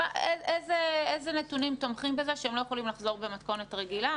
איזה נתונים תומכים בזה שהם לא יכולים לחזור במתכונת רגילה,